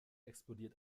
explodiert